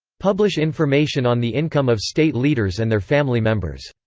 publish information on the income of state leaders and their family members.